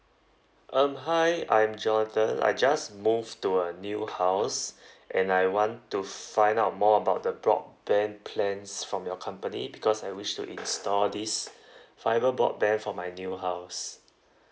um hi I'm johnathan I just moved to a new house and I want to find out more about the broadband plans from your company because I wish to install this fibre broadband for my new house